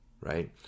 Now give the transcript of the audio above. right